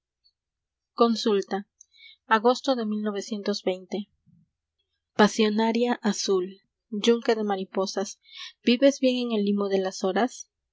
a r ia azul j a yunque de mariposas vives bien en el limo de las horas